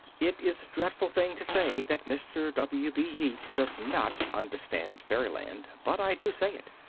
it is a dreadful thing to say that mr. w b yeats does not understand fairyland. but i do say it.